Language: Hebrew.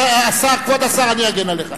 כבוד השר, אני אגן עליך.